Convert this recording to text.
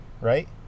right